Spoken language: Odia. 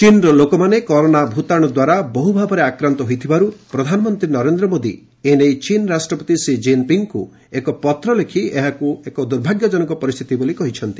ଚୀନର ଲୋକମାନେ କରୋନା ଭୂତାଣ୍ର ଦ୍ୱାରା ବହୃ ଭାବରେ ଆକ୍ରାନ୍ତ ହୋଇଥିବାରୁ ପ୍ରଧାନମନ୍ତ୍ରୀ ନରେନ୍ଦ୍ର ମୋଦି ଏ ନେଇ ଚୀନ ରାଷ୍ଟ୍ରପତି ସି ଜିନ୍ପିଙ୍ଗ୍ଙ୍କୁ ଏକ ପତ୍ର ଲେଖି ଏହାକୁ ଏକ ଦୂର୍ଭାଗ୍ୟଜନକ ପରିସ୍ଥିତି ବୋଲି କହିଛନ୍ତି